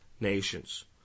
nations